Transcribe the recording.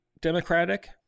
democratic